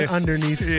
underneath